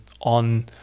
on